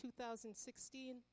2016